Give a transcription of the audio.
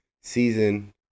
season